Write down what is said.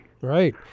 Right